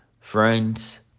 friends